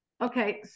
Okay